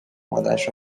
مادرش